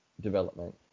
development